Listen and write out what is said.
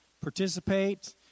participate